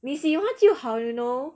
你喜欢就好 you know